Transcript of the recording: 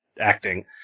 acting